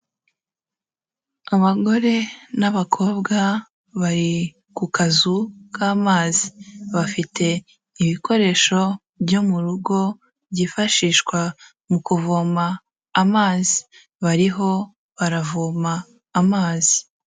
Abagore n'abakobwa bari ku kazu k'amazi, bafite ibikoresho byo mu rugo byifashishwa mu kuvoma amazi, bariho baravoma amazi.